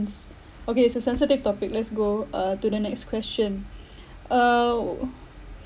okay it's a sensitive topic let's go uh to the next question uh